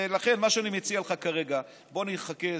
לכן, מה שאני מציע לך כרגע: בוא נחכה חודש,